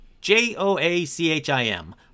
J-O-A-C-H-I-M